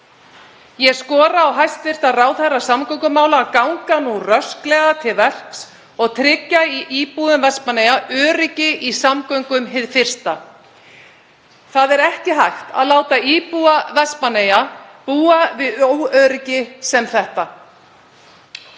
Ég skora á hæstv. ráðherra samgöngumála að ganga rösklega til verks og tryggja íbúum Vestmannaeyja öryggi í samgöngum hið fyrsta. Það er ekki hægt að láta íbúa Vestmannaeyja búa við óöryggi sem þetta.